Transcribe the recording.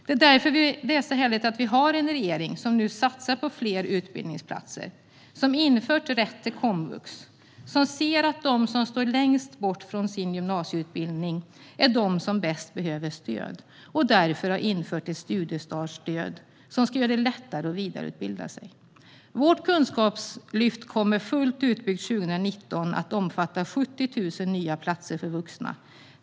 Det är därför det är så härligt att vi har en regering som nu satsar på fler utbildningsplatser, som infört rätt till komvux och som ser att de som står längst bort från en avslutad gymnasieutbildning är de som bäst behöver stöd, och som därför har infört ett studiestartsstöd som ska göra det lättare att vidareutbilda sig. Vårt kunskapslyft kommer fullt utbyggt 2019 att omfatta 70 000 nya platser för vuxna.